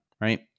right